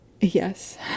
Yes